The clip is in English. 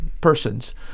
persons